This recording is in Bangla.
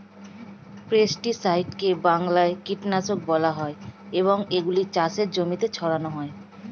পেস্টিসাইডকে বাংলায় কীটনাশক বলা হয় এবং এগুলো চাষের জমিতে ছড়ানো হয়